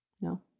no